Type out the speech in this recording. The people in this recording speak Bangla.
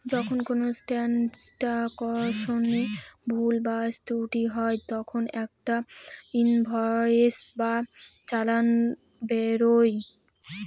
যখন কোনো ট্রান্সাকশনে ভুল বা ত্রুটি হয় তখন একটা ইনভয়েস বা চালান বেরোয়